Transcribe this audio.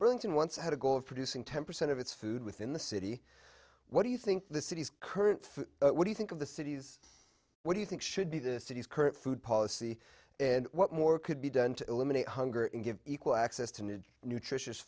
burlington once had a goal of producing ten percent of its food within the city what do you think the city's current what do you think of the cities what do you think should be the city's current food policy and what more could be done to eliminate hunger and give equal access to new nutritious